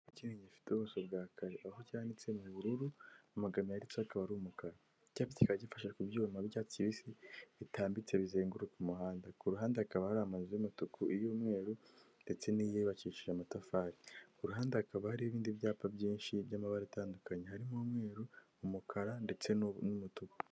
Gifite ubuso bwa kare. Aho cyanditse mu bururu amagambo yanditseho akaba ari umukara. Iki cyapa kika gifashe ku byuma by'icyatsi kibisi bitambitse bizenguruka umuhanda. Ku ruhande hakaba hari amazu y'umutuku y'umweru ndetse n'iyiyubakishije amatafari. Ku ruhande hakaba hari ibindi byapa byinshi by'amabara atandukanye harimo: umweru, umukara ndetse n'umutuku.